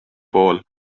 pool